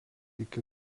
iki